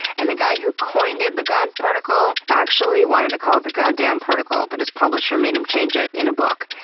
and the guy who coined it the god particle actually wanted to call it the goddamn particle, but his publisher made him change it in a book.